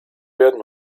werden